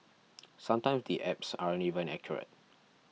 sometimes the apps aren't even accurate